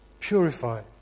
Purify